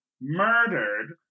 murdered